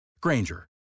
Granger